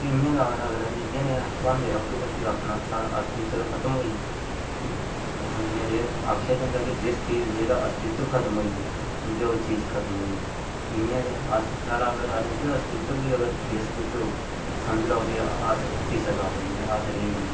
इ'यां गै अस अगर इ'यै नेआ भलांदे रौह्गे फ्ही अपना साढ़ा अस्तित्व ते खत्म होइया ठीक ऐ दूनिया च एह् आखेआ जंदा ऐ के जिस चीज़ जेह्दा अस्तित्व खत्म होइया समझो ओह् चीज़ खत्म होई इ'यां गै अस साढ़ा अगर उ'ऐ अस्तित्व बी अगर ठेस पुज्जग समझी लैओ फ्ही अस किसे काबल निं ऐ अस रेह् गै निं